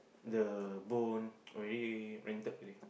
the bone already bended already